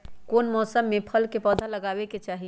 कौन मौसम में फल के पौधा लगाबे के चाहि?